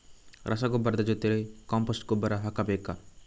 ರಸಗೊಬ್ಬರದ ಜೊತೆ ಕಾಂಪೋಸ್ಟ್ ಗೊಬ್ಬರ ಹಾಕಬೇಕಾ?